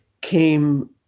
came